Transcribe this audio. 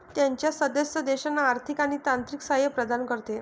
त्याच्या सदस्य देशांना आर्थिक आणि तांत्रिक सहाय्य प्रदान करते